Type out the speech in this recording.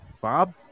Bob